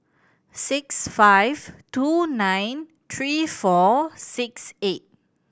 six five two nine three four six eight